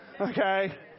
Okay